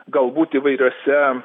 galbūt įvairiuose